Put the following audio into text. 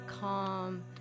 calm